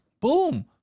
boom